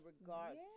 regards